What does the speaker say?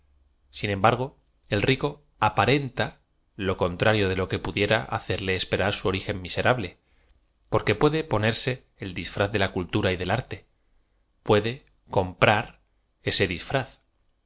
sin embargo el rico aparenta lo contrario de lo que pudiera hacerle espe rar su origen miserable porque puede ponerse el disttdkz de la cultura y del arte puede com prar ese